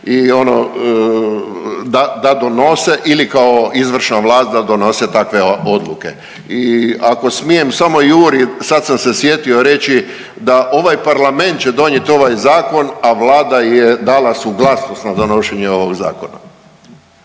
da donose ili kao izvršna vlada da donose takve odluke. I ako smijem samo de iuri sad sam se sjetio reći, da ovaj Parlament će donijet ovaj zakon, a Vlada je dala suglasnost na donošenje ovog zakona.